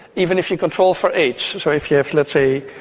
even if you control for age. so if you have, let's say,